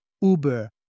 Uber